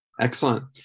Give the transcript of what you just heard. Excellent